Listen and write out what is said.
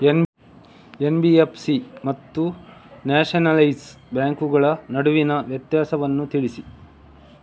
NBFC ಮತ್ತು nationalise ಬ್ಯಾಂಕುಗಳ ನಡುವಿನ ವ್ಯತ್ಯಾಸವನ್ನು ತಿಳಿಸಿ?